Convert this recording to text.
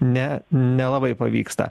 ne nelabai pavyksta